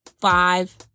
Five